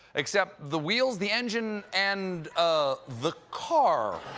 except the wheels, the engine, and ah the car.